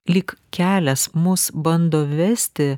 lyg kelias mus bando vesti